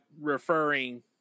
referring